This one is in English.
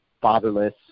fatherless